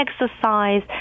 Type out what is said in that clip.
exercise